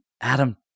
adam